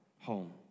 home